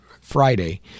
Friday